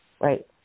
right